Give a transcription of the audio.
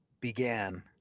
began